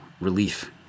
relief